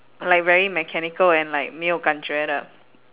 like very mechanical and like 没有感觉的